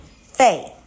faith